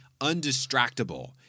undistractable